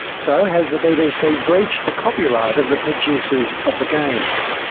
so has the bbc breached the copyright of the producers of the games?